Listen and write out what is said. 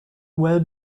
well